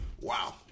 wow